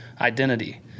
identity